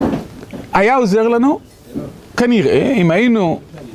היה עוזר לנו? כנראה אם היינו